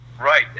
Right